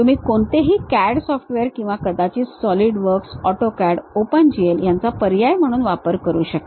तुम्ही कोणतेही CAD software किंवा कदाचित solid works AutoCAD Open GL यांचा पर्याय म्हणून वापर करू शकता